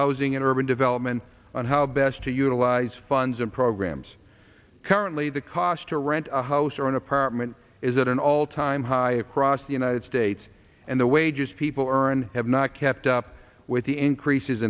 housing and urban development on how best to utilize funds and programs currently the cost to rent a house or an apartment is at an all time high across the united states and the wages people earn have not kept up with the increases